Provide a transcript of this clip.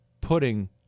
putting